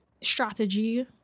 strategy